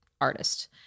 artist